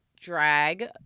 drag